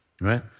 right